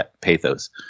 pathos